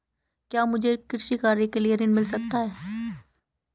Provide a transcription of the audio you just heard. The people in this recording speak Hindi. क्या मुझे कृषि कार्य के लिए ऋण मिल सकता है?